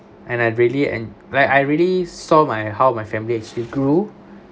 and I really and where I really saw my how my family actually grew